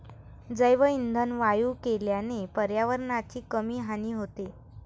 जैवइंधन वायू केल्याने पर्यावरणाची कमी हानी होते